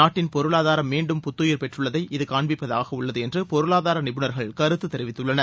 நாட்டின் பொருளாதாரம் மீண்டும் புத்தூயிர் பெற்றுள்ளதை இது காண்பிப்பதாக உள்ளது என்று பொருளாதார நிபுணர்கள் கருத்து தெரிவித்துள்ளனர்